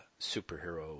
superhero